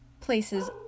places